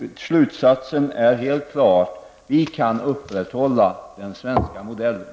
Slutsatsen är helt klar: Vi kan upprätthålla den svenska modellen.